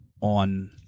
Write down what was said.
on